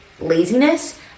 laziness